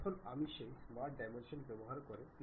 এখন এই সার্কেলে আমি এক্সট্রুড কাট ব্যবহার করব